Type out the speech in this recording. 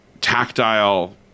tactile